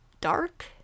dark